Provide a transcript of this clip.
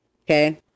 Okay